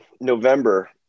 November